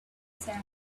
sand